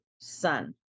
son